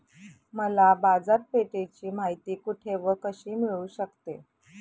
मला बाजारपेठेची माहिती कुठे व कशी मिळू शकते?